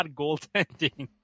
goaltending